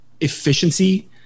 efficiency